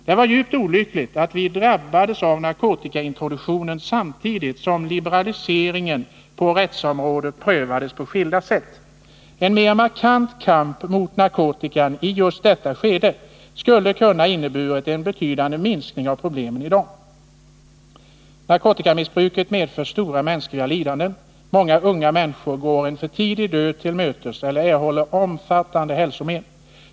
Det var djupt olyckligt att vi drabbades av narkotikaintroduktionen samtidigt som liberaliseringen på rättsområdet prövades på skilda sätt. En mera markant kamp mot narkotikan just i detta skede skulle kunna ha inneburit en betydande minskning av problemet i dag. Narkotikamissbruket medför stora mänskliga lidanden, och många unga människor går en för tidig död till mötes eller erhåller omfattande hälsomen.